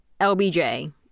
LBJ